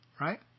right